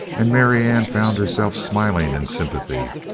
and marianne found herself smiling in sympathy.